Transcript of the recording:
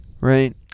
Right